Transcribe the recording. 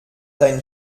dein